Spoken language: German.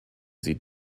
sie